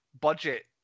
budget